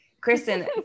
Kristen